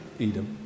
Edom